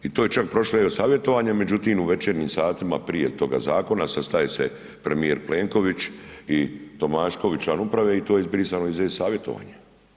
I to je čak prošlo i savjetovanje, međutim u večernjim satima prije toga zakona sastaje se premijer Plenković i Tomašković, član upravo i to je izbrisano iz e-Savjetovanje.